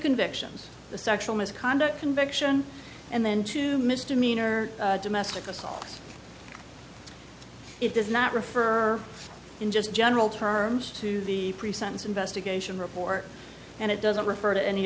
convictions the sexual misconduct conviction and then two misdemeanor domestic assault it does not refer in just general terms to the pre sentence investigation report and it doesn't refer to any